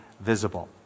visible